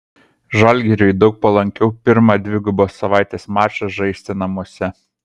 žalgiriui daug palankiau pirmą dvigubos savaitės mačą žaisti namuose